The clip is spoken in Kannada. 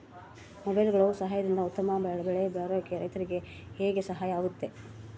ಮೊಬೈಲುಗಳ ಸಹಾಯದಿಂದ ಉತ್ತಮ ಬೆಳೆ ಬರೋಕೆ ರೈತರಿಗೆ ಹೆಂಗೆ ಸಹಾಯ ಆಗುತ್ತೆ?